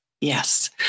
yes